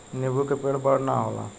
नीबू के पेड़ बड़ ना होला